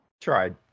tried